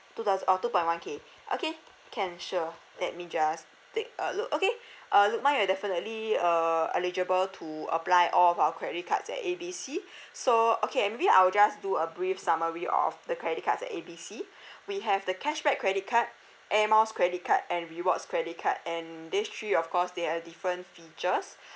two thous~ orh two point one K okay can sure let me just take a look okay uh lukman you're definitely uh eligible to apply all of our credit cards at A B C so okay uh maybe I will just do a brief summary of the credit cards at A B C we have the cashback credit card air miles credit card and rewards credit card and these three of course there are different features